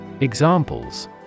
Examples